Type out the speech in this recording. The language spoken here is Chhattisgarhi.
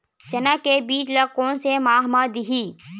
चना के बीज ल कोन से माह म दीही?